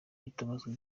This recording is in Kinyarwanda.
hitabazwa